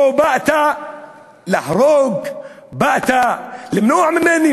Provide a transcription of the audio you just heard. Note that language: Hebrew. או באת להרוג, באת למנוע ממני?